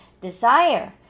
desire